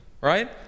Right